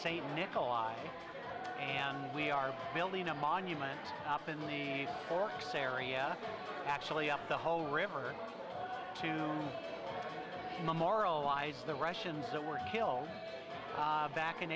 same nikolai and we are building a monument up in lee forks area actually up the whole river to moralize the russians that were killed back in